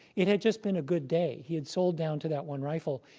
it had just been a good day. he had sold down to that one rifle.